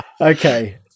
okay